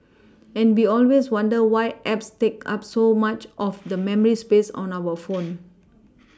and we always wonder why apps take up so much of the memory space on our phone